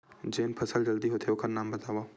जेन फसल जल्दी होथे ओखर नाम बतावव?